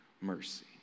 mercy